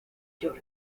york